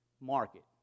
market